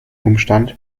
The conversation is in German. umstand